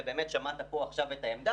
ובאמת שמעת פה את העמדה,